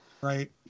Right